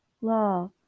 law